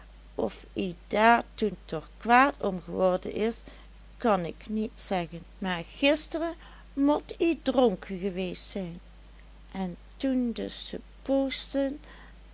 of ie daar toen toch kwaad om geworden is kan ik niet zeggen maar gisteren mot ie dronken geweest zijn en toen de